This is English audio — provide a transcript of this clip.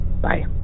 Bye